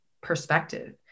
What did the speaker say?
perspective